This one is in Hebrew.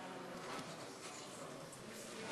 תראה, אנחנו דנים פה על שינוי מבנה הבורסה,